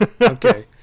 Okay